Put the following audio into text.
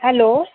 hello